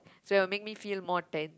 so it will make me feel more tense